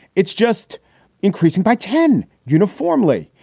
it's just increasing by ten uniformly.